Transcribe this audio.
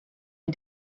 and